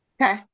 Okay